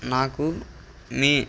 నాకు మీ